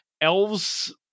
elves